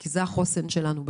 כי זה החוסן שלנו.